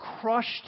crushed